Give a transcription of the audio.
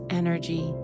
energy